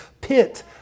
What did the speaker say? pit